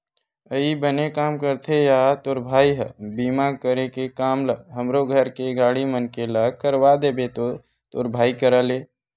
अई बने काम करथे या तोर भाई ह बीमा करे के काम ल हमरो घर के गाड़ी मन के ला करवा देबे तो तोर भाई करा ले